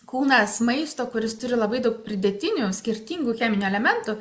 kūnas maisto kuris turi labai daug pridėtinių skirtingų cheminių elementų